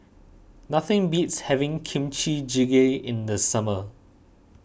nothing beats having Kimchi Jjigae in the summer